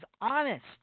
honest